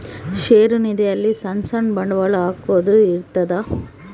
ಷೇರು ನಿಧಿ ಅಲ್ಲಿ ಸಣ್ ಸಣ್ ಬಂಡವಾಳ ಹಾಕೊದ್ ಇರ್ತದ